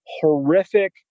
horrific